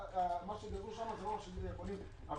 מה שדרוש שם זה לא מה שאתם נכונים לגזור